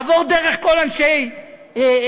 עבור דרך כל אנשי לשכתו,